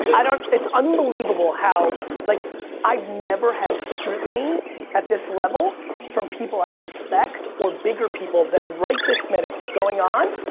i don't, it's unbelievable how like i've never had scrutiny at this level from people i respect or bigger people than right this minute going on.